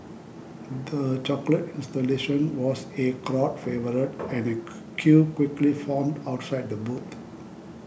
the chocolate installation was A crowd favourite and a queue quickly formed outside the booth